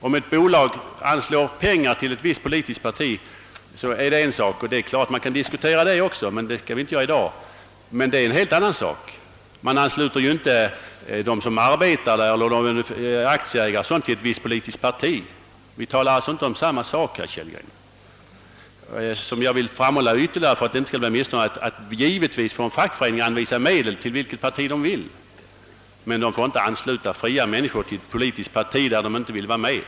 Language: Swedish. Om ett bolag anslår pengar till ett visst politiskt parti så är det en sak — det är klart att man kan diskutera det också, men det skall vi inte göra i dag. Men därför ansluter man ju inte dem som arbetar där eller aktieägarna till ett visst politiskt parti. Herr Kellgren och jag talar alltså inte om samma sak. För att det inte skall bli några missförstånd vill jag ännu en gång framhålla, att fackföreningarna givetvis får anvisa medel till vilket parti de vill. Men de skall inte ansluta fria människor till ett politiskt parti som dessa inte vill vara medlemmar i.